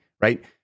right